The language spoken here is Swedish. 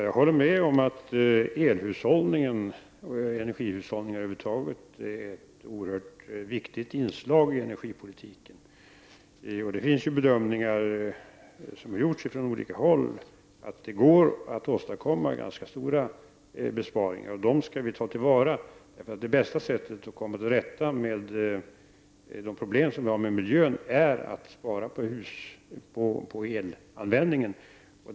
Fru talman! Jag håller med om att energihushållning över huvud taget är ett oerhört viktigt inslag i energipolitiken. Det finns bedömningar som har gjorts från olika håll att det går att åstadkomma ganska stora besparingar, och de skall vi ta till vara. Det bästa sättet att komma till rätta med de problem som finns med miljön är att spara på elanvändningen.